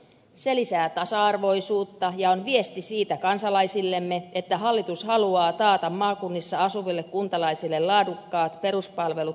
se lisää tasa arvoisuutta ja on viesti kansalaisillemme siitä että hallitus haluaa taata maakunnissa asuville kuntalaisille laadukkaat peruspalvelut tulevaisuudessakin